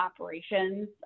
operations